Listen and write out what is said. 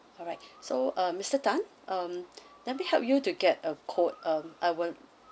alright so uh mister tan um let me help you to get a quote um I will